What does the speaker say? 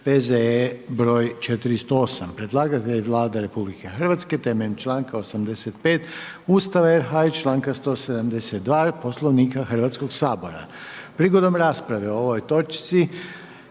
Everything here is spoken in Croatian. P.Z.E. br. 416; Predlagatelj je Vlada RH, na temelju članka 85. Ustava RH i članka 172. Poslovnika Hrvatskoga sabora. Prigodom rasprave o ovoj točki